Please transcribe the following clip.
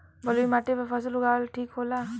बलुई माटी पर फसल उगावल ठीक होला?